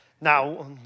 now